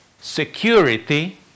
security